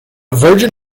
virgin